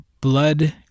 blood